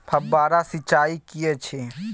फव्वारा सिंचाई की छिये?